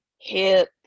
hip